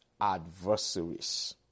adversaries